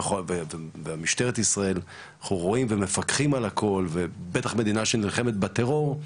ומשטרת ישראל אנחנו רואים ומפקחים על הכול ובטח מדינה שנלחמת בטרור,